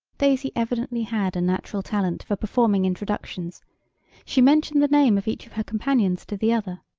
daisy evidently had a natural talent for performing introductions she mentioned the name of each of her companions to the other.